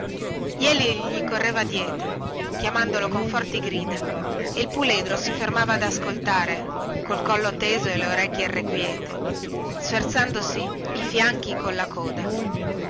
jeli gli correva dietro chiamandolo con forti grida e il puledro si fermava ad ascoltare col collo teso e le orecchie irrequiete sferzandosi i fianchi colla coda